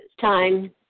Time